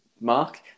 mark